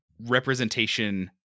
representation